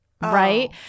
Right